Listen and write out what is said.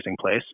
place